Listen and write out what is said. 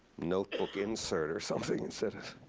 notebook insert, or something, instead of